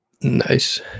nice